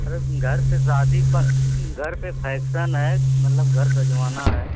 अरे घर पर शादी घर पर फैक्सन है मतलब घर सजवाना है